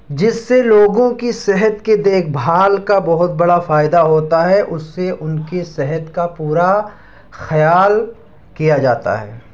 جس سے لوگوں کی صحت کے دیکھ بھال کا بہت بڑا فائدہ ہوتا ہے اس سے ان کے صحت کا پورا خیال کیا جاتا ہے